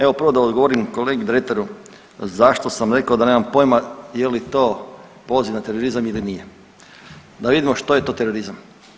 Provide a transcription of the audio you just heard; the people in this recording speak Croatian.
Evo prvo da odgovorim kolegi Dretaru zašto sam rekao da nemam pojma je li to poziv na terorizam ili nije, da vidimo što je to terorizam.